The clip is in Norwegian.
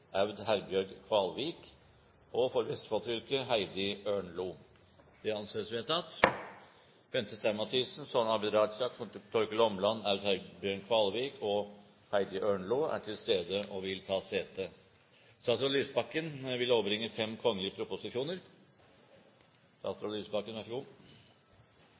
Aud Herbjørg KvalvikFor Vestfold fylke: Heidi Ørnlo Bente Stein Mathisen, Abid Q. Raja, Torkil Åmland, Aud Herbjørg Kvalvik og Heidi Ørnlo er til stede og vil ta sete. Før sakene på dagens kart tas opp til behandling, vil